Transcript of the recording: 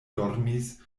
dormis